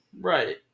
right